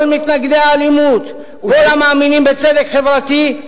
כל מתנגדי האלימות, כל המאמינים בצדק חברתי,